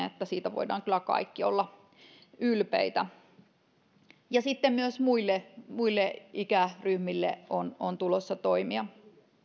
että siitä voimme kyllä kaikki olla ylpeitä ja sitten myös muille muille ikäryhmille on on tulossa toimia